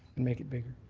and make it bigger.